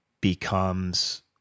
becomes